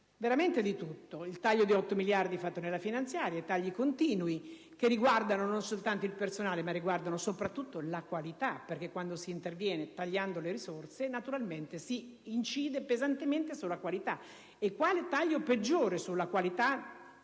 abbattuto di tutto: il taglio di 8 miliardi fatto nella finanziaria e tagli continui, che riguardano non soltanto il personale ma soprattutto la qualità perché quando si interviene tagliando le risorse naturalmente si incide pesantemente sulla qualità. Quale taglio peggiore sulla qualità